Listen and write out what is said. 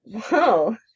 whoa